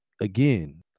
again